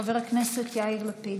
חבר הכנסת יאיר לפיד.